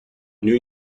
new